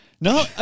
No